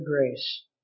grace